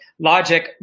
logic